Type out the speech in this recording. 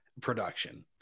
production